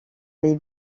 les